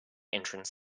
entrance